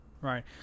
Right